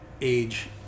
age